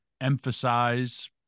emphasize